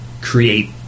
create